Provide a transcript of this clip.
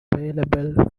available